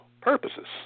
purposes